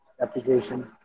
application